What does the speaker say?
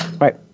Right